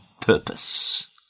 purpose